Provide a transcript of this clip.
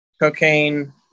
cocaine